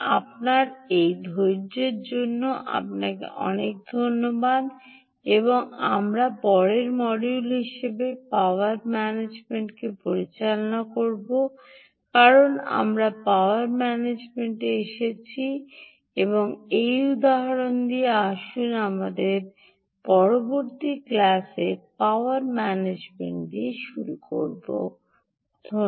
আপনার এই ধৈর্যের জন্য আপনাকে অনেক ধন্যবাদ এবং আমরা পরের মডিউল হিসাবে পাওয়ার ম্যানেজমেন্টকে পরিচালনা করব কারণ আমরা পাওয়ার ম্যানেজমেন্টে এসেছি এবং এই উদাহরণ দিয়ে আসুন আমাদের আমাদের পরবর্তী ক্লাসে পাওয়ার ম্যানেজমেন্ট দিয়ে শুরু করুন